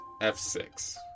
f6